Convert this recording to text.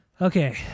Okay